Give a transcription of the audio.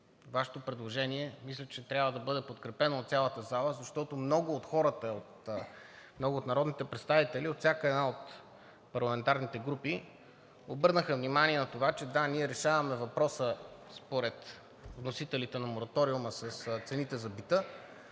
Вашето предложение мисля, че трябва да бъде подкрепено от цялата зала, защото много от хората, много от народните представители от всяка една от парламентарните групи обърнаха внимание на това, че – да, ние решаваме въпроса според вносителите на мораториума с цените за бита,